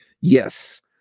yes